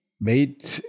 Made